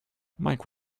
mike